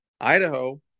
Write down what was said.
Idaho